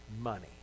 money